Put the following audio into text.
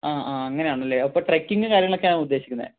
ആ ആ അങ്ങനെയാണല്ലേ അപ്പോൾ ട്രക്കിംഗ് കാര്യങ്ങളൊക്കെയാണ് ഉദ്ദേശിക്കുന്നത്